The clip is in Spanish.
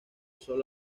sólo